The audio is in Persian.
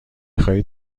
خواهید